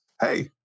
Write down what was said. hey